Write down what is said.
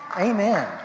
Amen